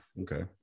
okay